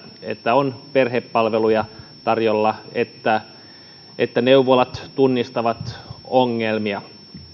että on perhepalveluja tarjolla että että neuvolat tunnistavat ongelmia